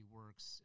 works